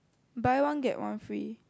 buy one get one free